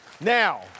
Now